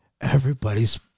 Everybody's